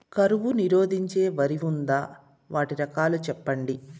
కరువు నిరోధించే వరి ఉందా? వాటి రకాలు చెప్పండి?